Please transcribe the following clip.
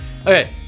okay